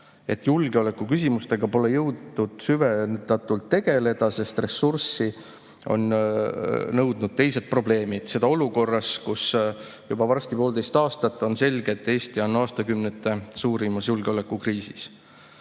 julgeolekuküsimustega pole jõutud süvendatult tegeleda, sest ressurssi on nõudnud teised probleemid. Seda olukorras, kus varsti on juba poolteist aastat selge, et Eesti on aastakümnete suurimas julgeolekukriisis.